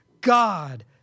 God